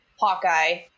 Hawkeye